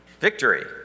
victory